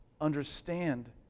understand